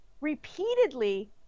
repeatedly